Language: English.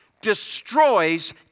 destroys